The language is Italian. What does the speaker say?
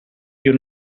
più